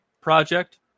project